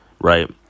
right